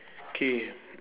K